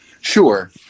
Sure